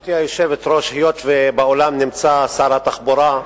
גברתי היושבת-ראש, היות שבאולם נמצא שר התחבורה,